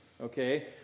okay